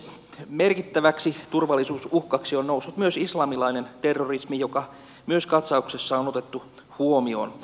merkittäväksi turvallisuusuhkaksi on noussut myös islamilainen terrorismi joka myös katsauksessa on otettu huomioon